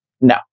no